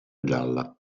gialla